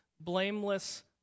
blameless